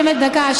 דקה.